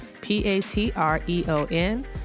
P-A-T-R-E-O-N